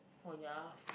oh ya